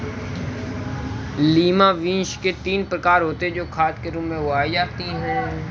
lima beans के तीन प्रकार होते हे जो खाद के रूप में उगाई जाती हें